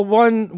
one